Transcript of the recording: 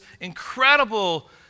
incredible